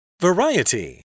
Variety